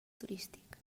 turístic